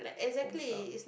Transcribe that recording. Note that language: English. home stuff